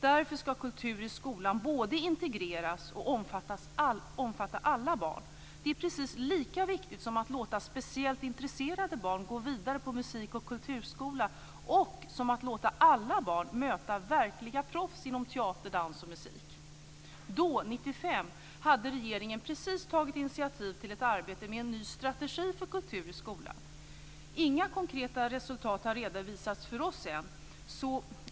Därför ska kultur i skolan både integreras och omfatta alla barn. Det är precis lika viktigt som att låta speciellt intresserade barn gå vidare på musikoch kulturskola och som att låta alla barn möta verkliga proffs inom teater, dans och musik. 1995 hade regeringen precis tagit initiativ till ett arbete med en ny strategi för kultur i skolan. Inga konkreta resultat har redovisats för oss än.